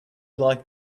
like